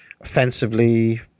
offensively